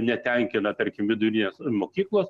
netenkina tarkim vidurinės mokyklos